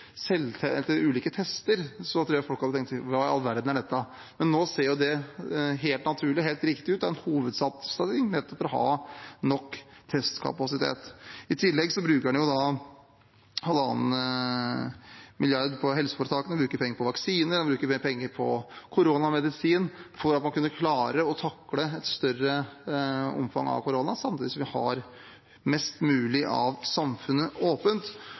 ulike tester, tror jeg folk hadde tenkt: Hva i all verden er dette? Men nå ser det helt naturlig og helt riktig ut. Det er en hovedsatsing, nettopp for å ha nok testkapasitet. I tillegg bruker man 1,5 mrd. kr på helseforetakene, man bruker penger på vaksiner og mer penger på koronamedisin for at man skal kunne klare å takle et større omfang av korona samtidig som vi har mest mulig av samfunnet åpent.